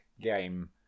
game